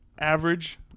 average